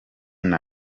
nta